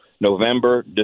November